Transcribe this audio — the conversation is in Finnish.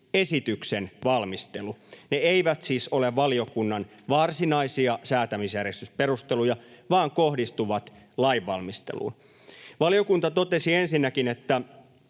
”Esityksen valmistelu”. Ne eivät siis ole valiokunnan varsinaisia säätämisjärjestysperusteluja vaan kohdistuvat lainvalmisteluun. Valiokunta totesi ensinnäkin, että